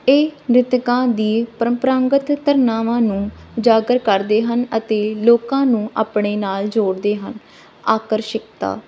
ਇਹ ਨ੍ਰਿਤਕਾਂ ਦੀ ਪਰੰਪਰਾਗਤ ਧਾਰਨਾਵਾਂ ਨੂੰ ਉਜਾਗਰ ਕਰਦੇ ਹਨ ਅਤੇ ਲੋਕਾਂ ਨੂੰ ਆਪਣੇ ਨਾਲ ਜੋੜਦੇ ਹਨ ਆਕਰਸ਼ਿਕਤਾ